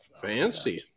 Fancy